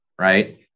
right